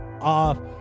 off